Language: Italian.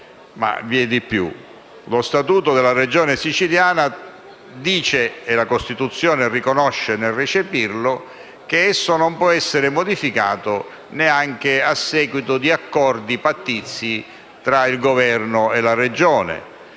votato della Regione siciliana dice, e la Costituzione riconosce tale principio nel recepirlo, che esso non può essere modificato neanche a seguito di accordi pattizi tra il Governo e la Regione.